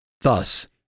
Thus